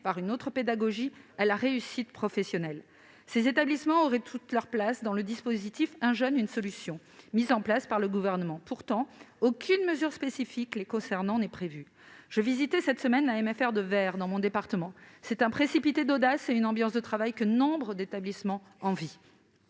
par une autre pédagogie, à la réussite professionnelle. Ils auraient toute leur place dans le dispositif « 1 jeune, 1 solution » mis en place par le Gouvernement. Pourtant, aucune mesure spécifique les concernant n'est prévue. J'ai visité cette semaine la MFR de Vayres, dans mon département. J'y ai trouvé un précipité d'audace et une ambiance de travail que nombre d'établissements envieraient.